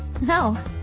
No